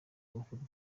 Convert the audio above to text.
amafoto